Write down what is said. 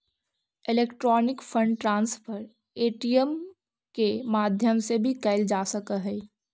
electronic fund transfer ATM के माध्यम से भी कैल जा सकऽ हइ